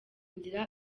nzira